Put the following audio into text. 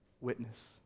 witness